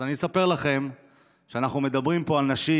אז אני אספר לכם שאנחנו מדברים פה על נשים,